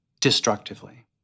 destructively